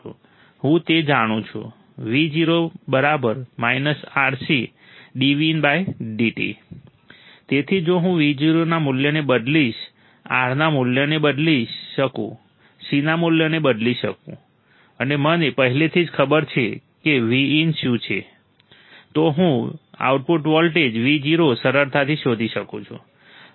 હું તે જાણું છું v0 RC d vindt તેથી જો હું Vo ના મૂલ્યને બદલીશ R ના મૂલ્યને બદલી શકું C ના મૂલ્યને બદલી શકું અને મને પહેલેથી જ ખબર છે કે Vin શું છે તો હું આઉટપુટ વોલ્ટેજ Vo સરળતાથી શોધી શકું છું